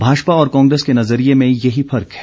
भाजपा और कांग्रेस के नज़रिए में यही फर्क है